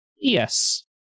Yes